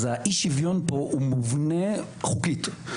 אז אי השוויון פה מובנה חוקית.